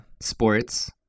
Sports